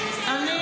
אני עונה לך.